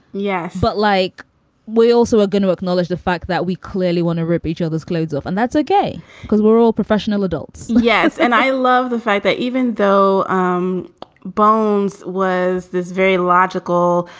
yes. but like we also are gonna acknowledge the fact that we clearly want to rip each other's clothes off. and that's okay because we're all professional adults yes. and i love the fact that even though um bones was this very logical,